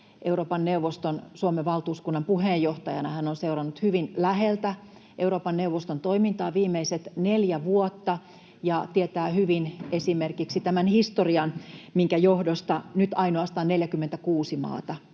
Euroopan neuvoston Suomen valtuuskunnan puheenjohtajana. Hän on seurannut hyvin läheltä Euroopan neuvoston toimintaa viimeiset neljä vuotta ja tietää hyvin esimerkiksi tämän historian, minkä johdosta nyt ainoastaan 46 maata